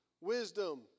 wisdom